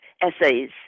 essays